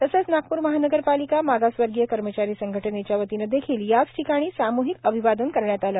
तसंच नागप्र महानगरपालिका मागासवर्गीय कर्मचारी संघटनेच्या वतीनं देखील याच ठिकाणी सामहिक अभिवादन करण्यात आलं